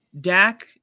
Dak